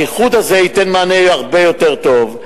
האיחוד הזה ייתן מענה הרבה יותר טוב.